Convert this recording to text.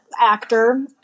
actor